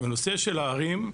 בנושא של הערים,